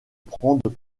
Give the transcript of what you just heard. prendre